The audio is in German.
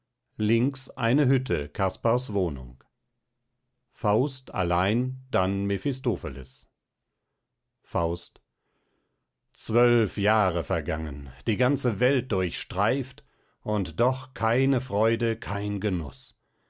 links eine hütte caspars wohnung faust allein dann mephistopheles faust zwölf jahre vergangen die ganze welt durchstreift und doch keine freude kein genuß